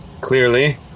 clearly